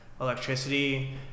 electricity